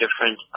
different